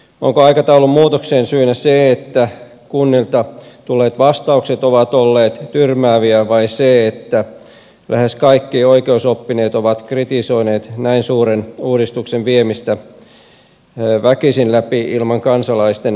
onko aikataulun muutoksen syynä se että kunnilta tulleet vastaukset ovat olleet tyrmääviä vai se että lähes kaikki oikeusoppineet ovat kritisoineet näin suuren uudistuksen viemistä väkisin läpi ilman kansalaisten laajaa tukea